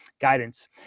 guidance